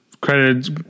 credits